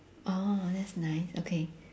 oh that's nice okay